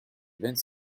vingt